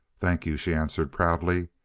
thank you, she answered proudly.